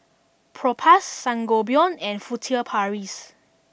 Propass Sangobion and Furtere Paris